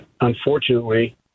unfortunately